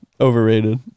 overrated